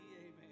amen